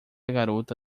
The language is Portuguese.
garota